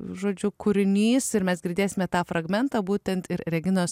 žodžiu kūrinys ir mes girdėsime tą fragmentą būtent ir reginos